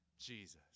Jesus